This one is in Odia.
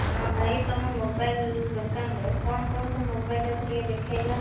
ହଁ ଭାଇ ତମ ମୋବାଇଲ୍ ଦୋକାନରେ କ'ଣ କ'ଣ ସବୁ ମୋବାଇଲ୍ ଅଛି ଟିକେ ଦେଖେଇଲ